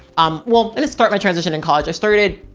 um, well, and it start my transition in college. i started,